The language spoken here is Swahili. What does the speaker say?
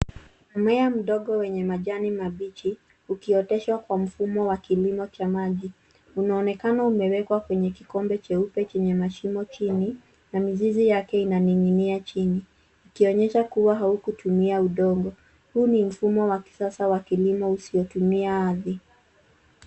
Mmea mdogo wenye majani mabichi ukioteshwa kwa mfumo wa kilimo cha maji. Unaonekana umewekwa kwenye kikombe cheupe chenye mashimo chini na mizizi yake inaning'inia chini ikionyesha kuwa haukutumia udongo. Huu ni mfumo wa kisasa wa kilimo usiotumia ardhi.